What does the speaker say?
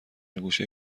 گوشه